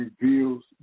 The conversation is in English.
reveals